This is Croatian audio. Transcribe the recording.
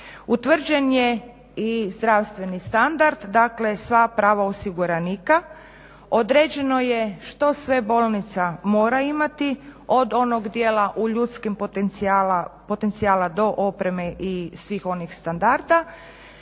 Utvrđen je i zdravstveni standard, dakle sva prava osiguranika, određeno je što sve bolnica mora imati od onog dijela ljudskih potencijala do opreme i svih onih standarda,